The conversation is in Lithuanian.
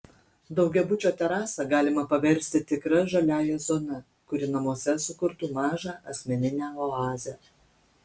daugiabučio terasą galima paversti tikra žaliąja zona kuri namuose sukurtų mažą asmeninę oazę